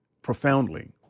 profoundly